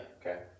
Okay